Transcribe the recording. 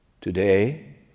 Today